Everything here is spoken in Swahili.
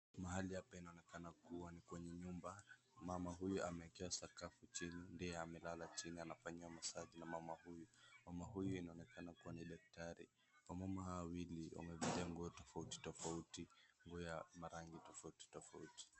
Mahali hapa inaonekana kuwa ni kwenye nyumba mama huyu amewekewa sakafu chini ndiye amelala chini anafanywa massage na mama huyu mama huyu inaonekana kuwa ni daktari mama hawa wawili wamevalia nguo tofauti tofauti nguo ya marangi tofauti tofauti.